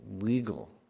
legal